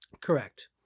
Correct